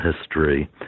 history